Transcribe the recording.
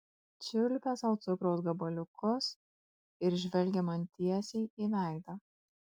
čiulpė sau cukraus gabaliukus ir žvelgė man tiesiai į veidą